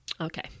Okay